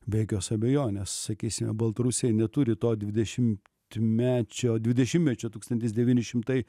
be jokios abejonės sakysime baltarusija neturi to dvidešimtmečio dvidešimtmečio tūkstantis devyni šimtai